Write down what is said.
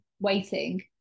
waiting